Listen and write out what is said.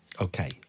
Okay